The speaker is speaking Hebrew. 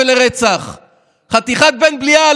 יציאה נגד השליט,